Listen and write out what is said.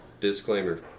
Disclaimer